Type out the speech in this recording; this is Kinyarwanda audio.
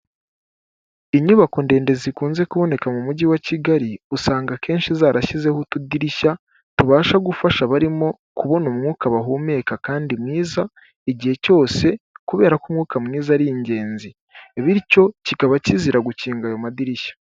Inyubako ndende zikunze kuboneka mu mujyi wa Kigali, usanga akenshi zarashyizeho utudirishya tubasha gufasha abarimo kubona umwuka bahumeka kandi mwiza igihe cyose kubera ko umwuka mwiza ari ingenzi, bityo kikaba kizira gukinga ayo madirishya.